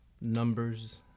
numbers